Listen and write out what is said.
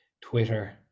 Twitter